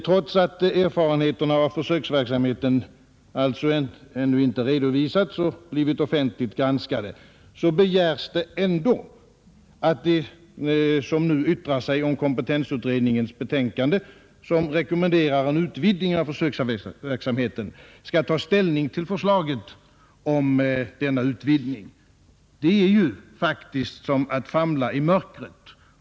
Trots att erfarenheterna av försöksverksamheten alltså ännu inte redovisats och blivit offentligt granskade, begärs det ändå att de som nu yttrar sig om kompetensutredningens betänkande, som rekommenderar en utvidgning av försöksverksamheten, skall ta ställning till förslaget om denna utvidgning. Det innebär ju faktiskt att de får famla i mörkret.